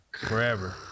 Forever